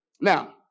Now